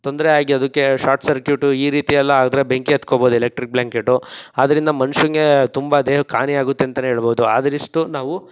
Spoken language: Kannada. ತೊಂದರೆ ಆಗಿ ಅದಕ್ಕೆ ಶಾರ್ಟ್ ಸರ್ಕ್ಯೂಟು ಈ ರೀತಿ ಎಲ್ಲ ಆದರೆ ಬೆಂಕಿ ಹತ್ಕೋಬೋದು ಎಲೆಕ್ಟ್ರಿಕ್ ಬ್ಲ್ಯಾಂಕೆಟು ಆದ್ರಿಂದ ಮನ್ಷನಿಗೆ ತುಂಬ ದೇಹಕ್ಕೆ ಹಾನಿಯಾಗುತ್ತೆ ಅಂತಲೇ ಹೇಳ್ಬೋದು ಆದ್ರಿಷ್ಟು ನಾವು